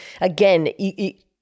again